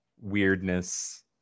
weirdness